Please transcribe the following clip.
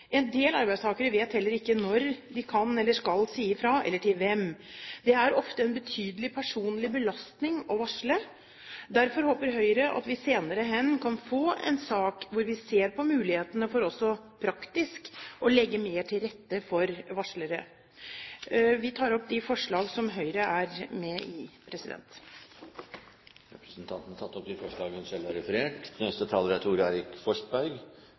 En del arbeidstakere vet heller ikke når de kan eller skal si fra – eller til hvem. Det er ofte en betydelig personlig belastning å varsle. Derfor håper Høyre at vi senere hen kan få en sak hvor vi ser på mulighetene for også praktisk å legge mer til rette for varslere. Det er viktig at samfunnet er tydelig på å gi beskyttelse for de modige menneskene som tør å trosse den frykten som kan være internt i en virksomhet når det er